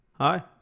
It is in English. Hi